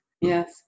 Yes